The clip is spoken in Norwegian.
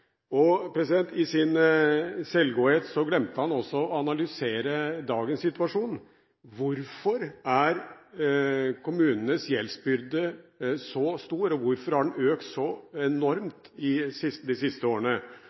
I sin selvgodhet glemte han også å analysere dagens situasjon. Hvorfor er kommunenes gjeldsbyrde så stor, og hvorfor har den økt så enormt de siste årene?